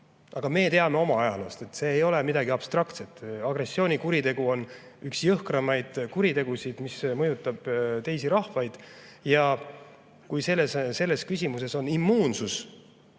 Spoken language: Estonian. Aga me teame oma ajaloost, et see ei ole midagi abstraktset. Agressioonikuritegu on üks jõhkramaid kuritegusid, mis mõjutab teisi rahvaid. Kui selles küsimuses on riigijuhil